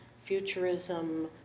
futurism